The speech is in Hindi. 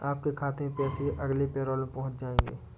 आपके खाते में पैसे अगले पैरोल में पहुँच जाएंगे